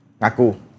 Naku